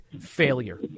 failure